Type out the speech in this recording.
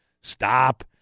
stop